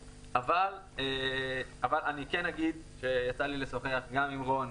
אני כן אומר שיצא לי לשוחח גם עם רון,